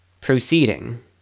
proceeding